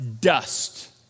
dust